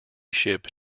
ship